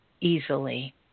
easily